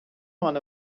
مال